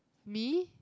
me